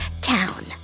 town